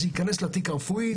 זה ייכנס לתיק הרפואי,